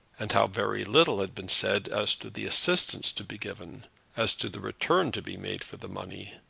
and how very little had been said as to the assistance to be given as to the return to be made for the money.